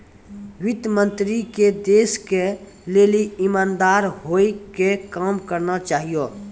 वित्त मन्त्री के देश के लेली इमानदार होइ के काम करना चाहियो